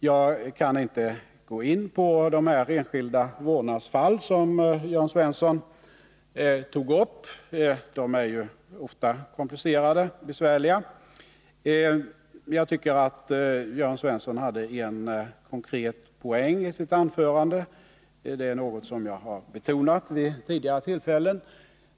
Jag kan inte gå in på de enskilda vårdnadsfall som Jörn Svensson tog upp; de är ofta komplicerade och besvärliga. Men jag tycker att Jörn Svensson hade en konkret poäng i sitt anförande, något som också jag betonat vid tidigare tillfällen.